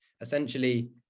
essentially